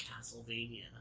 Castlevania